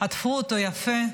עטפו אותו יפה.